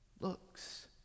looks